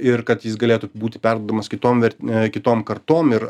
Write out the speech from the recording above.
ir kad jis galėtų būti perduodamas kitom vert kitom kartom ir